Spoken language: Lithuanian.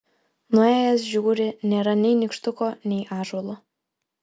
nuėjęs žiūri nėra nei nykštuko nei ąžuolo